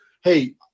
hey